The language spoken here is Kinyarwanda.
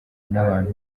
n’abantu